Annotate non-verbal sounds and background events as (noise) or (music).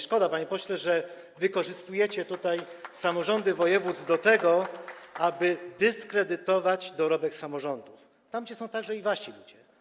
Szkoda, panie pośle, że wykorzystujecie (applause) tutaj samorządy województw do tego, aby dyskredytować dorobek samorządów, a tam są także wasi ludzie.